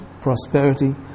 prosperity